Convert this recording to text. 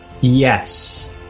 Yes